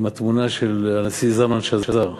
עם התמונה של הנשיא זלמן שזר.